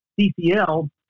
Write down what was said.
CCL